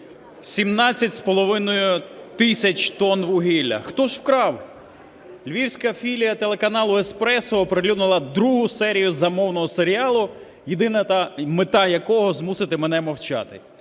17,5 тисяч тонн вугілля. Хто ж вкрав? Львівська філія телеканалу Espreso оприлюднила другу серію замовного серіалу, єдина мета якого змусити мене мовчати.